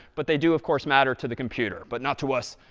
but they do, of course, matter to the computer. but not to us,